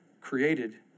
created